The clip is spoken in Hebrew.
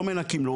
לא מנקים לו,